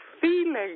feeling